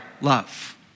love